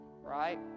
right